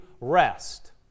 rest